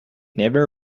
never